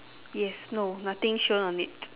yes no nothing shown on it